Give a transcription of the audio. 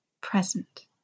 present